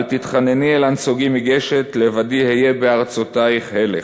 "אל תתחנני אל הנסוגים מגשת/ לבדי אהיה בארצותייך הלך".